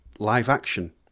live-action